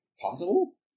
Possible